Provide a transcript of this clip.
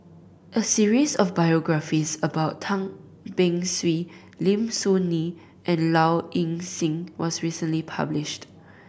a series of biographies about Tan Beng Swee Lim Soo Ngee and Low Ing Sing was recently published